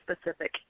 specific